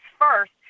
first